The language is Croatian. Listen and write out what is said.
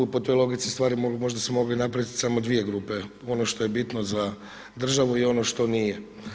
Po toj logici stvari možda su se mogle napraviti samo dvije grupe, ono što je bitno za državu i ono što nije.